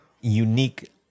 Unique